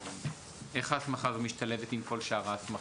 איך ההסמכה הזאת משתלבת עם כל שאר ההסמכות?